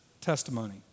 testimony